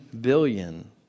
billion